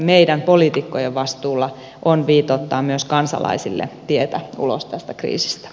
meidän poliitikkojen vastuulla on viitoittaa myös kansalaisille tietä ulos tästä kriisistä